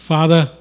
Father